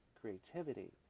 creativity